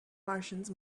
martians